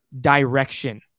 direction